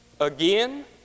Again